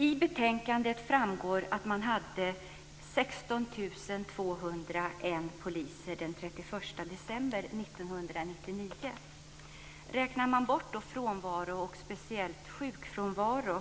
I betänkandet framgår att man hade 16 201 poliser den 31 december 1999. Om man räknar bort frånvaro, speciellt sjukfrånvaro